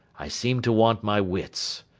i seem to want my wits.